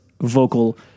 vocal